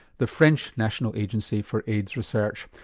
the french national agency for aids research,